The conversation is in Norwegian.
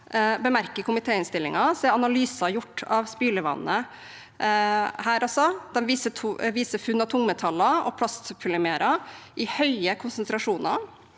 bemerker i komitéinnstillingen: Analyser gjort av spylevannet viser funn av tungmetaller og plastpolymerer i høye konsentrasjoner,